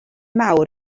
mawr